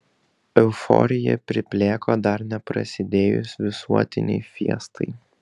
euforija priplėko dar neprasidėjus visuotinei fiestai